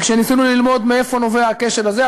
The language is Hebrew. כשניסינו ללמוד מאיפה נובע הכשל הזה,